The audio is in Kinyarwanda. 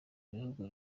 igihugu